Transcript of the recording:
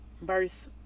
verse